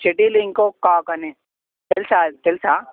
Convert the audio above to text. shuttle ఇంకో cock అని తెలుసా తెలుసా